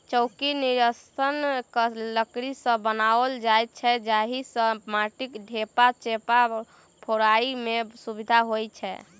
चौकी निस्सन लकड़ी सॅ बनाओल जाइत छै जाहि सॅ माटिक ढेपा चेपा फोड़य मे सुविधा होइत छै